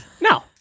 No